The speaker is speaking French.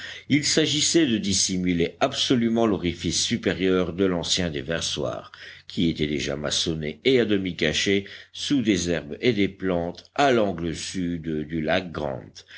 il s'agissait de dissimuler absolument l'orifice supérieur de l'ancien déversoir qui était déjà maçonné et à demi caché sous des herbes et des plantes à l'angle sud du lac grant